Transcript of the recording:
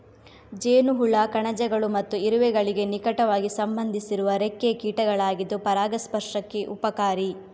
ಜೇನುಹುಳ ಕಣಜಗಳು ಮತ್ತು ಇರುವೆಗಳಿಗೆ ನಿಕಟವಾಗಿ ಸಂಬಂಧಿಸಿರುವ ರೆಕ್ಕೆಯ ಕೀಟಗಳಾಗಿದ್ದು ಪರಾಗಸ್ಪರ್ಶಕ್ಕೆ ಉಪಕಾರಿ